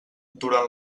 durant